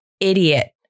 idiot